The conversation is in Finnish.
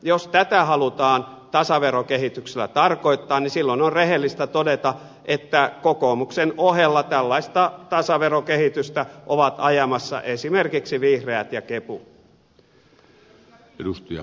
jos tätä halutaan tasaverokehityksellä tarkoittaa niin silloin on rehellistä todeta että kokoomuksen ohella tällaista tasaverokehitystä ovat ajamassa esimerkiksi vihreät ja kepu